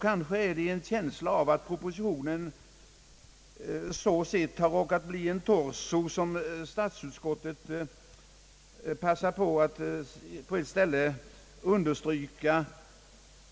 Kanske är det i en känsla av att propositionen i detta avseende har råkat bli en torso, som statsutskottet på ett ställe passar på att understryka